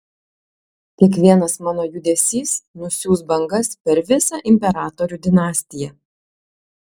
kiekvienas mano judesys nusiųs bangas per visą imperatorių dinastiją